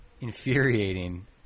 infuriating